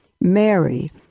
Mary